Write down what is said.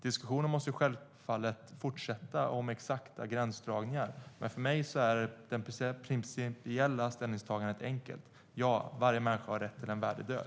Diskussionen måste självfallet fortsätta om exakta gränsdragningar, men för mig är det principiella ställningstagandet enkelt: Ja, varje människa har rätt till en värdig död.